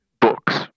books